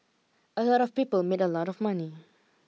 a lot of people made a lot of money